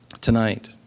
Tonight